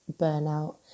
burnout